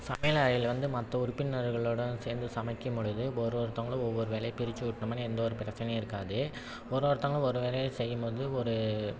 சமையலறையில் வந்து மற்ற உறுப்பினர்களுடன் சேர்ந்து சமைக்கும் பொழுது ஒரு ஒருத்தவங்களும் ஒவ்வொரு வேலையை பிரித்து விட்டோமேனா எந்த ஒரு பிரச்சினையும் இருக்காது ஒரு ஒருத்தவங்களும் ஒரு வேலையை செய்யும் போது ஒரு